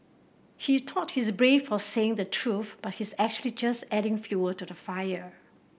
he thought he's brave for saying the truth but he's actually just adding fuel to the fire